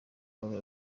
aba